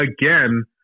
again